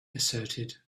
asserted